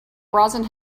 brazen